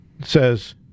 says